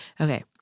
Okay